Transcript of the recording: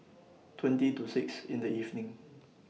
twenty to six in The evening